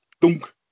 dunk